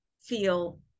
feel